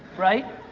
right?